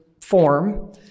form